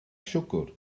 siwgr